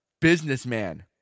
businessman